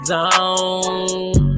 Zone